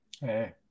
Hey